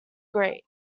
greek